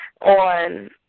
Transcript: on